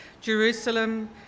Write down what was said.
Jerusalem